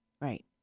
right